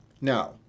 Now